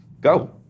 go